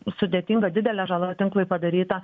sudėtinga didelė žala tinklui padaryta